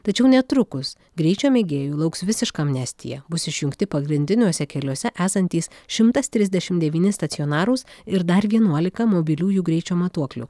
tačiau netrukus greičio mėgėjų lauks visiška amnestija bus išjungti pagrindiniuose keliuose esantys šimtas trisdešimt devyni stacionarūs ir dar vienuolika mobiliųjų greičio matuoklių